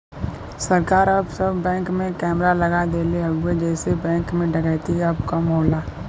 सरकार अब सब बैंक में कैमरा लगा देले हउवे जेसे बैंक में डकैती अब कम होला